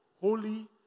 holy